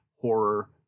horror